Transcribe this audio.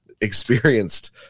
experienced